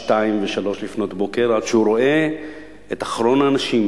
שתיים ושלוש לפנות בוקר עד שהוא רואה את אחרון האנשים,